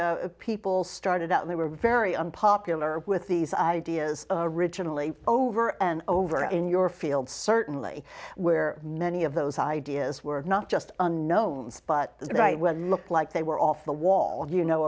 that people started out there were very unpopular with these ideas riginal a over and over in your field certainly where many of those ideas were not just unknowns but right well looked like they were off the wall you know